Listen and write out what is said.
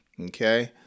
Okay